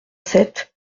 sept